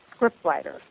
scriptwriter